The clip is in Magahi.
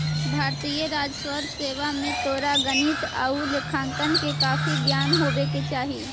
भारतीय राजस्व सेवा में तोरा गणित आउ लेखांकन के काफी ज्ञान होवे के चाहि